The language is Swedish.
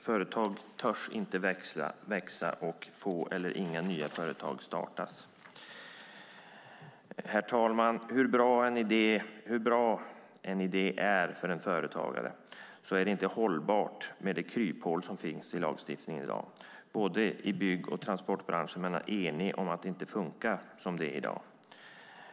Företag törs inte växa, och få eller inga nya företag startas. Herr talman! Hur bra en idé än är för en företagare är det inte hållbart med det kryphål som finns i lagstiftningen i dag. I både bygg och transportbranschen är man enig om att det inte funkar som det är i dag.